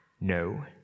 No